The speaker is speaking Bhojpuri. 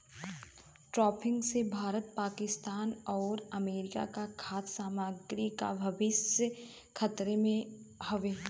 ड्राफ्टिंग से भारत पाकिस्तान आउर अमेरिका क खाद्य सामग्री क भविष्य खतरे में हउवे